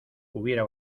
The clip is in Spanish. hubiera